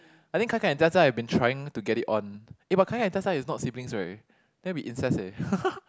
I think kai kai and Jia Jia have been trying to get it on eh but kai kai and Jia Jia is not siblings right that will be incest